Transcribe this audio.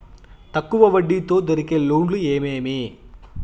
తక్కువ వడ్డీ తో దొరికే లోన్లు ఏమేమీ?